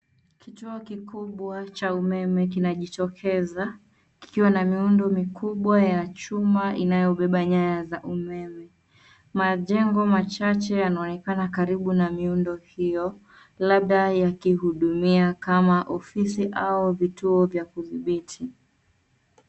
Kituo kikubwa cha umeme kinajitokeza, kikiwa na miundo mikubwa ya chuma inayobeba nyaya za umeme. Majengo machache yanaonekana karibu na miundo hiyo, labda yakihudumia kama ofisi au vituo vya kudhibiti.